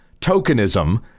tokenism